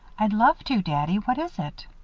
i'd love to, daddy. what is it?